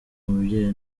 mubyeyi